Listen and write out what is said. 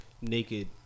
naked